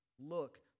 look